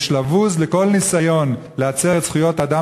יש לבוז לכל ניסיון להצר את זכויות האדם